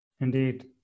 Indeed